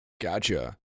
Gotcha